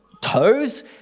toes